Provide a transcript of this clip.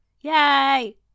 Yay